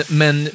men